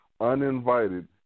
uninvited